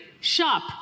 shop